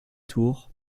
tour